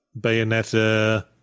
Bayonetta